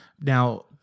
Now